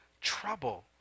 Trouble